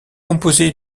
composé